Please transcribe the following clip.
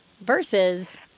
versus